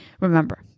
Remember